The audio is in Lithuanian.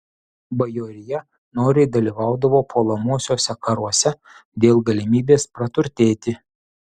bajorija noriai dalyvaudavo puolamuosiuose karuose dėl galimybės praturtėti